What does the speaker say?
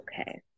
okay